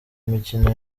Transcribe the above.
imikino